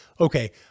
okay